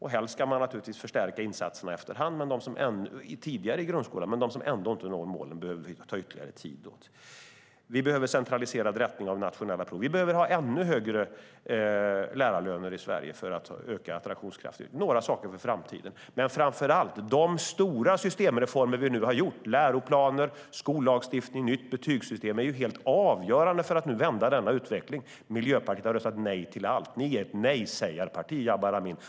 Helst ska man naturligtvis förstärka insatserna efter hand tidigare i grundskolan, men de som ändå inte når målen behöver ägnas ytterligare tid åt. Vi behöver centralisera rättningen av nationella prov. Vi behöver ha ännu högre lärarlöner i Sverige för att öka attraktionskraften. Detta är några saker för framtiden. Framför allt är de stora systemreformer som vi nu har genomfört - nya läroplaner, ny skollagstiftning och nytt betygssystem - helt avgörande för att vända utvecklingen. Miljöpartiet har röstat nej till allt. Ni är ett nejsägarparti, Jabar Amin.